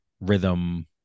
rhythm